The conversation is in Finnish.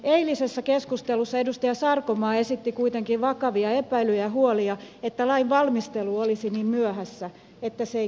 eilisessä keskustelussa edustaja sarkomaa esitti kuitenkin vakavia epäilyjä ja huolia että lain valmistelu olisi niin myöhässä että se ei kerkeäisikään